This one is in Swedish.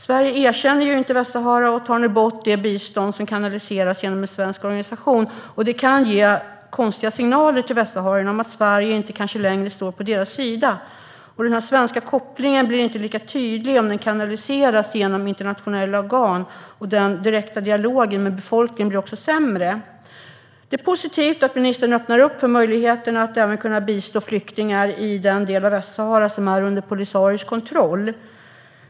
Sverige erkänner ju inte Västsahara, och nu tar man bort det bistånd som kanaliseras genom en svensk organisation. Det kan ge konstiga signaler till västsaharierna om att Sverige kanske inte längre står på deras sida. Den svenska kopplingen blir inte lika tydlig om den kanaliseras genom internationella organ, och den direkta dialogen med befolkningen blir också sämre. Det är positivt att ministern öppnar upp för möjligheten att även kunna bistå flyktingar i den del av Västsahara som är under Polisarios kontroll.